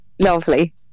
Lovely